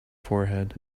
forehead